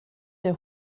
der